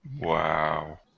Wow